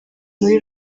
muri